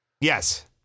Yes